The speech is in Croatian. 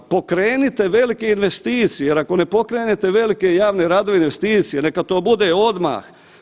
Pokrenite velike investicije jer ako ne pokrenete velike javne radove i investicije, neka to bude odmah.